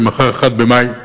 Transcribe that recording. כי מחר 1 במאי.